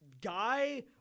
guy